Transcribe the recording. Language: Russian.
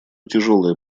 тяжелое